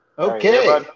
Okay